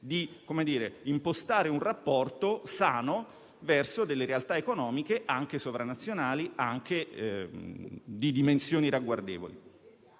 di impostare un rapporto sano verso delle realtà economiche anche sovranazionali e di dimensioni ragguardevoli.